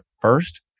first